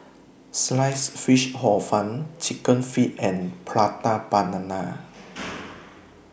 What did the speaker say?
Sliced Fish Hor Fun Chicken Feet and Prata Banana